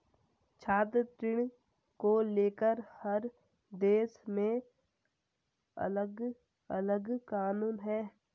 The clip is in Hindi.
छात्र ऋण को लेकर हर देश में अलगअलग कानून है